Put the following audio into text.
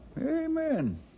Amen